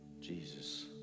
Jesus